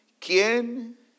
¿Quién